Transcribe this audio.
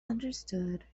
understood